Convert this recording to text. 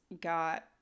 got